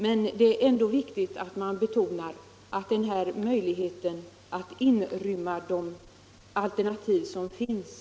Men det är ändå viktigt att man betonar att det skall bli möjligt att inrymma de alternativ som finns.